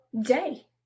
day